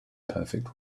perfect